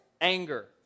Anger